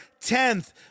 10th